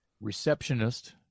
receptionist